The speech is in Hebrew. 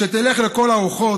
שתלך לכל הרוחות,